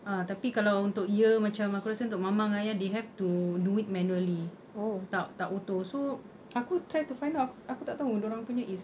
ah tapi kalau untuk iya macam aku rasa untuk mama dengan ayah they have to do it manually tak tak auto so aku try to find out aku tak tahu dia orang punya is